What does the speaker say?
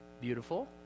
beautiful